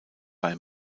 bei